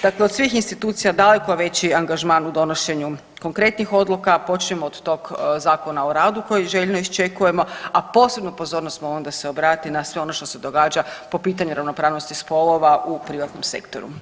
Dakle, od svih institucija daleko veći angažman u donošenje konkretnih odluka, počnimo od tog Zakona o radu koji željno iščekujemo, a posebnu pozornost smo onda se obrati na sve ono što se događa po pitanju ravnopravnosti spolova u privatnom sektoru.